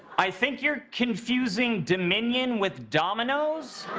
i think you're confusing dominion with dominos.